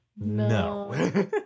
No